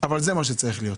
אבל זה מה שצריך להיות.